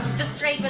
just straight, but